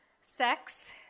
sex